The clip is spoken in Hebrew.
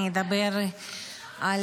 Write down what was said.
אני אדבר על